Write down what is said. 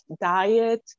diet